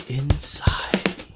inside